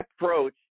approach